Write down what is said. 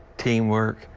teamwork,